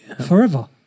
Forever